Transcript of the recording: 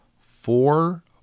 four